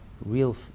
real